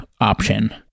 option